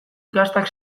gaztak